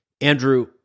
andrew